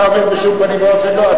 אתה אומר בשום פנים ואופן לא.